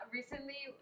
recently